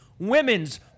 women's